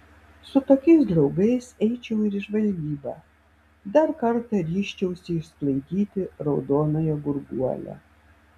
su tokiais draugais eičiau ir į žvalgybą dar kartą ryžčiausi išsklaidyti raudonąją gurguolę